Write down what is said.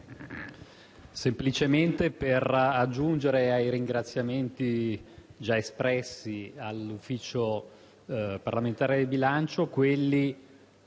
semplicemente per aggiungere ai ringraziamenti già espressi all'Ufficio Parlamentare del Bilancio quelli